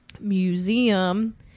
museum